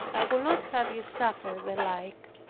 would not have you suffer the like.